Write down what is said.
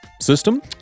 System